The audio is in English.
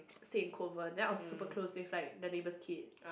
stay in convent then I was super close with my the neighbour's kid